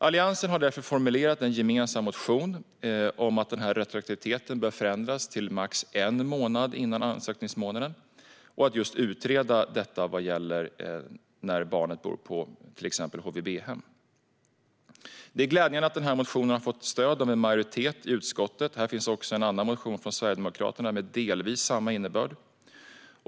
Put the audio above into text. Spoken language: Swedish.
Alliansen har därför formulerat en gemensam motion om att retroaktiviteten bör förändras till max en månad före ansökningsmånaden och att just utreda vad som ska gälla när barnet bor på till exempel HVB-hem. Det är glädjande att motionen har fått stöd av en majoritet i utskottet. Här finns också en annan motion från Sverigedemokraterna med delvis samma innebörd.